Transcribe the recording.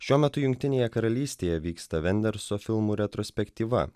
šiuo metu jungtinėje karalystėje vyksta venderso filmų retrospektyva